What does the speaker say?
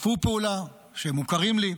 ששיתפו פעולה, שמוכרים לי.